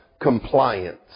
compliance